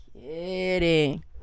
kidding